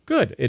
Good